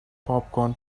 popcorn